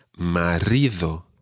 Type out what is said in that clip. marido